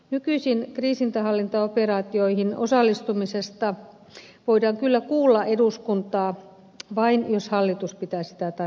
nykyisin kriisinhallintaoperaatioihin osallistumisesta voidaan kyllä kuulla eduskuntaa vain jos hallitus pitää sitä tarpeellisena